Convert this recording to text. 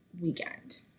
weekend